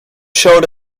showed